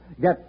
Get